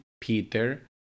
Peter